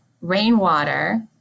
rainwater